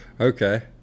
okay